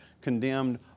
condemned